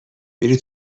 میری